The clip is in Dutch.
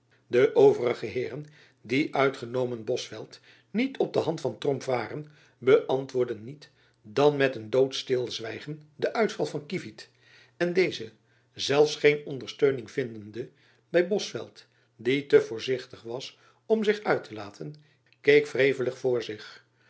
de overige heeren die uitgenomen bosveldt niet op de hand van tromp waren beäntwoordden niet dan met een doodsch stilzwijgen den uitval van kievit en deze zelfs geen ondersteuning vindende by bosveldt die te voorzichtig was om zich uit te laten keek wrevelig voor zich